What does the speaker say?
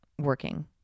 working